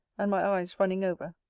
and my eyes running over.